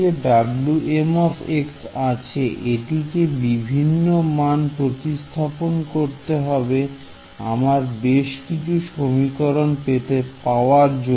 এই যে Wm আছে এটিকে বিভিন্ন মান প্রতিস্থাপন করে আমরা বেশকিছু সমীকরণ পেতে পারি